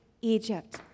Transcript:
Egypt